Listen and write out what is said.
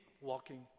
walking